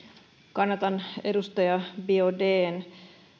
kannatan edustaja biaudetn